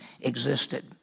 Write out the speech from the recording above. existed